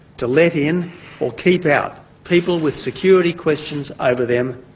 to let in or keep out people with security questions over them,